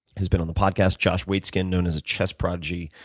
he's been on the podcast. josh waitzkin known as a chess prodigy,